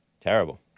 Terrible